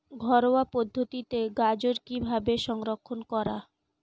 ঘরোয়া পদ্ধতিতে গাজর কিভাবে সংরক্ষণ করা?